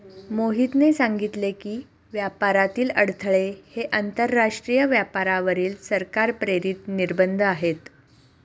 मोहितने सांगितले की, व्यापारातील अडथळे हे आंतरराष्ट्रीय व्यापारावरील सरकार प्रेरित निर्बंध आहेत